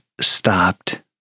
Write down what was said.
stopped